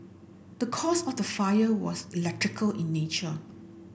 the cause of the fire was electrical in nature